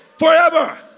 Forever